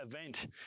event